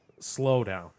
slowdown